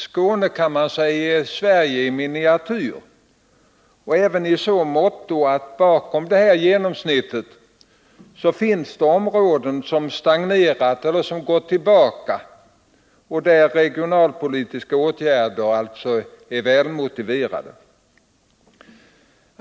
Skåne kan man alltså säga är ett Sverige i miniatyr — även i så måtto att det bakom genomsnittet finns områden som stagnerat eller gått tillbaka och där regionalpolitiska åtgärder är väl motiverade.